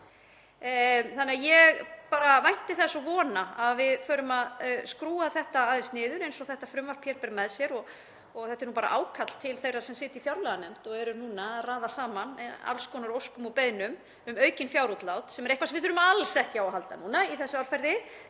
flokka. Ég vænti þess og vona að við förum að skrúfa þetta aðeins niður eins og þetta frumvarp ber með sér. Þetta er bara ákall til þeirra sem sitja í fjárlaganefnd og eru núna að raða saman alls konar óskum og beiðnum um aukin fjárútlát sem er eitthvað sem við þurfum alls ekki á að halda núna í þessu árferði.